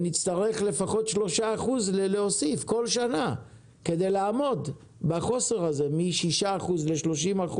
נצטרך להוסיף לפחות 3% כל שנה כדי לעמוד בחוסר הזה מ-6% ל-30%.